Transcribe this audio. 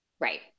Right